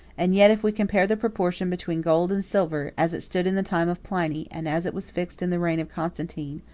and yet, if we compare the proportion between gold and silver, as it stood in the time of pliny, and as it was fixed in the reign of constantine,